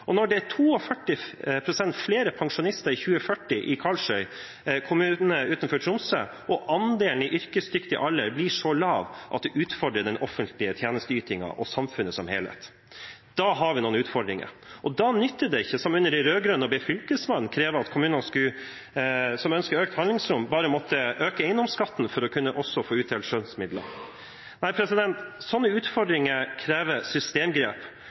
og når det er 42 pst. flere pensjonister i 2040 i Karlsøy kommune utenfor Tromsø, og andelen i yrkesdyktig alder blir så lav at det utfordrer den offentlige tjenesteytingen og samfunnet som helhet. Da har vi noen utfordringer. Og da nytter det ikke, som under de rød-grønne, å be fylkesmannen kreve at kommunene som ønsker økt handlingsrom, bare må øke eiendomsskatten for også å kunne få utdelt skjønnsmidler. Nei, slike utfordringer krever systemgrep